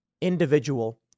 individual